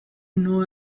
know